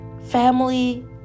Family